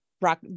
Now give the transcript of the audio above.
rock